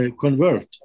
convert